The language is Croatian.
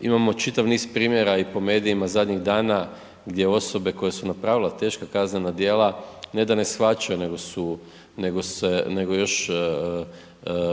Imamo čitav niz primjera i po medijima zadnjih dana gdje osobe koje su napravila teška kaznena djela ne da ne shvaćaju, nego su, nego se, nego još